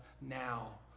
now